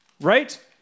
Right